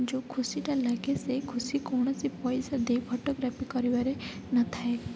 ଯେଉଁ ଖୁସିଟା ଲାଗେ ସେ ଖୁସି କୌଣସି ପଇସା ଦେଇ ଫଟୋଗ୍ରାଫି କରିବାରେ ନ ଥାଏ